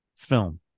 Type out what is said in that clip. film